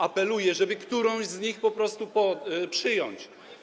Apeluję, żeby którąś z nich po prostu przyjąć.